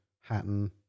Hatton